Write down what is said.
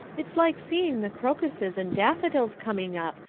it's like seeing the crocuses and daffodils coming up,